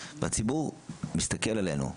הציבור מסתכל עלינו.